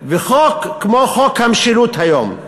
כמו חוק המשילות היום.